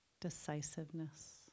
decisiveness